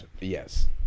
Yes